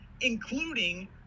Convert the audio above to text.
including